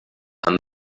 and